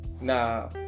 Nah